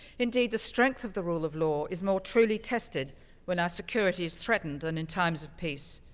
indeed, the strength of the rule of law is more truly tested when our security is threatened than in times of peace.